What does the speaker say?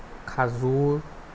খেজুৰ